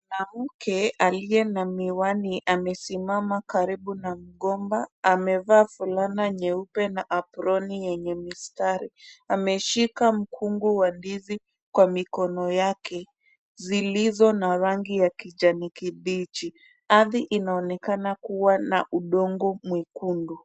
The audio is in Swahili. Mwanamke aliye na miwani amesimama karibu na mgomba. Amevaa fulana nyeupe na aproni yenye mistari. Ameshika mkungu wa ndizi kwa mikononi yake zilizo na rangi ya kijani kibichi, Ardhi inaonekana kuwa na udongo mwekundu.